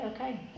okay